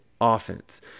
offense